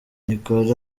nicholas